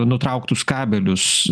nutrauktus kabelius